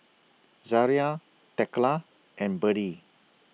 Zariah Thekla and Birdie